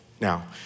Now